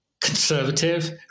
conservative